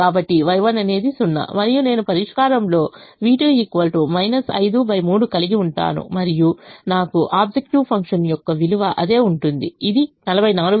కాబట్టి Y1 అనేది 0 మరియు నేను పరిష్కారంలో v2 53 కలిగి ఉంటాను మరియు నాకు ఆబ్జెక్టివ్ ఫంక్షన్ యొక్క విలువ అదే ఉంటుంది ఇది 443